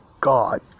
God